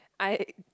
I